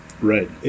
Right